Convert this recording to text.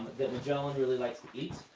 that magellan really likes to eat,